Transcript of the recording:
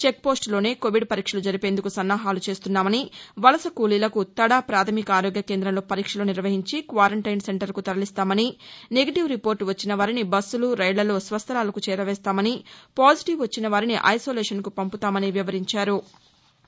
చెక్పోస్టులోనే Covid పరీక్షలు జరిపేందుకు సన్నాహాలు చేస్తున్నామని వలస కూలీలకు తద పాధమిక ఆరోగ్య కేందంలో పరీక్షలు నిర్వహించి క్వారంటైన్ సెంటరుకు తరలిస్తామని నెగెటివ్ రిపోర్ట వచ్చిన వారిని బస్సులు రైళ్లల్లో స్వస్థలాలకు చేరవేస్తామని పాజిటివ్ వచ్చిన వారిని ఐసోలేషన్కు పంపుతామని వివరించారు